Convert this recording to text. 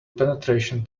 penetration